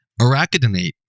Arachidinate